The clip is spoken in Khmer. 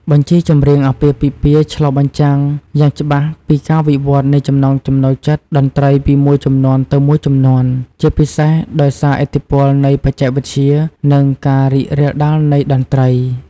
បញ្ជីចម្រៀងអាពាហ៍ពិពាហ៍ឆ្លុះបញ្ចាំងយ៉ាងច្បាស់ពីការវិវត្តន៍នៃចំណង់ចំណូលចិត្តតន្ត្រីពីមួយជំនាន់ទៅមួយជំនាន់ ជាពិសេសដោយសារឥទ្ធិពលនៃបច្ចេកវិទ្យា និងការរីករាលដាលនៃតន្ត្រី។